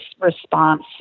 response